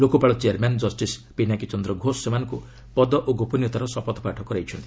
Lokpal chairman justice Pinaki Chandra Ghosh ସେମାନଙ୍କୁ ପଦ ଓ ଗୋପନୀୟତାର ଶପଥପାଠ କରାଇଛନ୍ତି